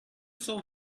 saw